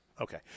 Okay